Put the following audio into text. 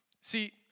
See